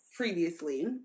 previously